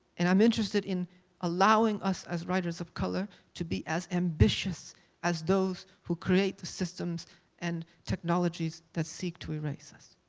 and i'm interested in allowing us, as writers of color, to be as ambitious as those who create the systems and technologies that seek to erase us.